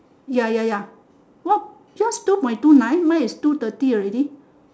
ya ya ya what yours is two point two nine mine is two thirty already